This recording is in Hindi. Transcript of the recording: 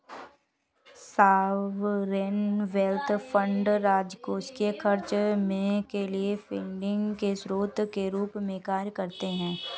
सॉवरेन वेल्थ फंड राजकोषीय खर्च के लिए फंडिंग के स्रोत के रूप में कार्य करते हैं